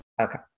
okay